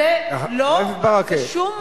בשום מקום,